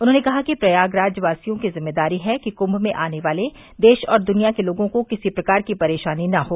उन्होंने कहा कि प्रयागराजवासियों की जिम्मेदारी है कि कुम्म में आने वाले देश और दुनिया के लोगों को किसी प्रकार की परेशानी न हो